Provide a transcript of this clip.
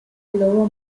lobo